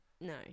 no